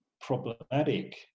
problematic